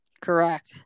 Correct